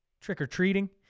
trick-or-treating